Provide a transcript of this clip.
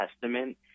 Testament